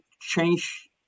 change